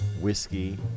whiskey